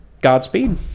Godspeed